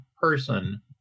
person